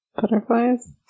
Butterflies